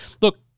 Look